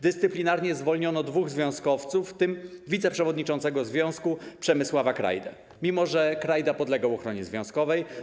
Dyscyplinarnie zwolniono dwóch związkowców, w tym wiceprzewodniczącego związku Przemysława Krajdę, mimo że Krajda podlegał ochronie związkowej.